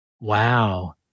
Wow